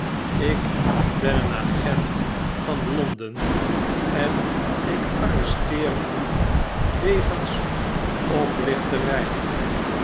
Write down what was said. ik ben een agent van londen en ik arresteer u wegens oplichterg